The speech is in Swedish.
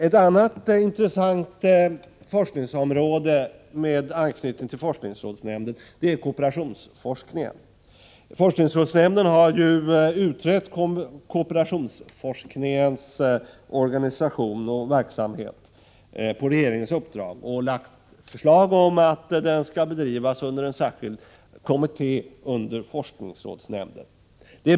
Ett annat intressant forskningsområde med anknytning till forskningsrådsnämnden är kooperationsforskningen. Forskningsrådsnämnden har på regeringens uppdrag gjort en utredning av kooperationsforskningens organisation och verksamhet och lagt fram förslag om att denna forskning skall bedrivas under en särskild kommitté, som i sin tur lyder under forskningsrådsnämnden.